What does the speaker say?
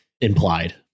implied